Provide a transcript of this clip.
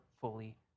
fully